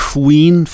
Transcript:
Queen